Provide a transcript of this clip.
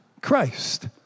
Christ